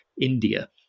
India